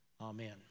Amen